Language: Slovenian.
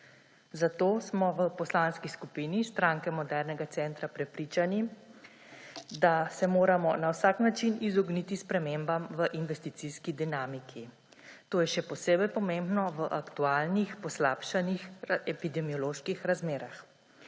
Zato smo v Poslanski skupini Stranke modernega centra prepričani, da se moramo na vsak način izogniti spremembam v investicijski dinamiki. To je še posebej pomembno v aktualnih poslabšanih epidemioloških razmerah.